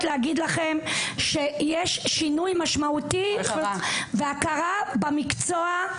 להגיד שיש שינוי משמעותי והכרה במקצוע.